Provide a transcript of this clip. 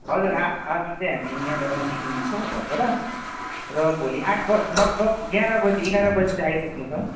हजुर आ आज चाहिँ हामी यहाँबाट निस्किन्छौँ घरबाट र भोलि आठ बजी लगभग एघार बजी एघार बजी चाहिँ आइपुग्नेछौँ